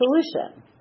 solution